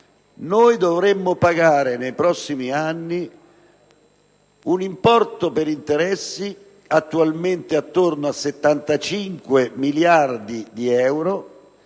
noi dovremmo pagare nei prossimi anni un importo per interessi, che attualmente si aggira intorno a 75 miliardi di euro,